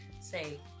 say